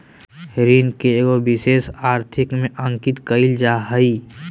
ऋण के एगो विशेष आर्थिक में अंकित कइल जा हइ